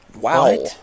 Wow